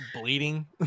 Bleeding